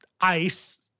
Ice